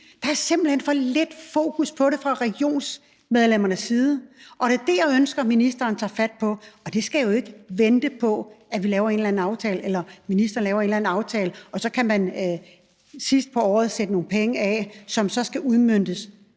Der er simpelt hen for lidt fokus på det fra regionsrådsmedlemmernes side, og det er det, jeg ønsker at ministeren tager fat på. Og det skal jo ikke vente, til ministeren laver en eller anden aftale, og så kan man sidst på året sætte nogle penge af, som så skal udmøntes.